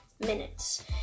minutes